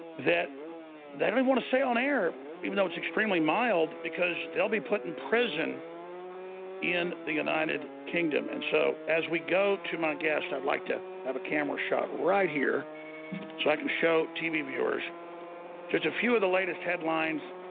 that they don't want to stay on air even though it's extremely mild because they'll be put in prison in the united kingdom and so as we go to my guest i'd like to have a camera shot right here i can show tv viewers just a few of the latest headlines